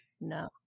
No